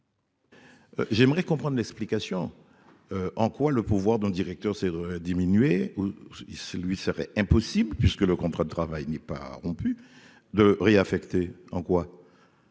J'aimerais comprendre l'explication : en quoi le pouvoir dans directeur c'est de diminuer, il lui serait impossible, puisque le contrat de travail n'est pas rompu de réaffecter en quoi.